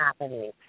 happening